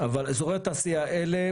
אבל אזורי התעשייה האלה,